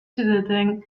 then